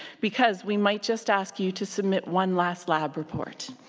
because we might just ask you to submit one last lab report.